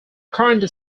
current